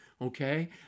Okay